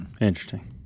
Interesting